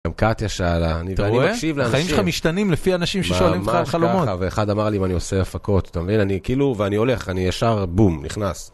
גם קטיה שאלה, אתה רואה, ואני מקשיב לאנשים, החיים שלך משתנים לפי אנשים ששואלים אותך על חלומות. ואחד אמר לי, אם אני עושה הפקות, אתה מבין, אני כאילו, ואני הולך, אני ישר בום, נכנס.